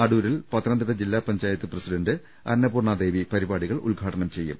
അടൂരിൽ പത്തനംതിട്ട ജില്ലാ panchayat president Annapurnadevi പരിപാടികൾ ഉദ്ഘാടനം ചെയ്യും